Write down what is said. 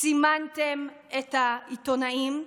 סימנתם את העיתונאים,